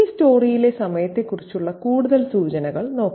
ഈ സ്റ്റോറിയിലെ സമയത്തെക്കുറിച്ചുള്ള കൂടുതൽ സൂചനകൾ നോക്കാം